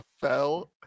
fell